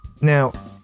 Now